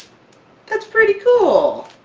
that's pretty cool!